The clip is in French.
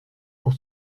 pour